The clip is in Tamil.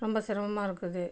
ரொம்ப சிரமமாக இருக்குது